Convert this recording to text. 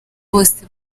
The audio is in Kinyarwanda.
bose